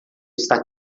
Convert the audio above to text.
está